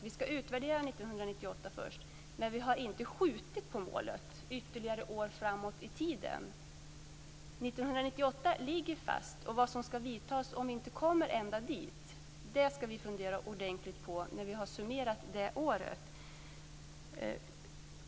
Vi skall utvärdera 1998 först, men vi har inte skjutit på målet framåt i tiden. 1998 ligger fast. Vilka åtgärder som skall vidtas om vi inte kommer ända fram skall vi fundera ordentligt på när vi har summerat det året.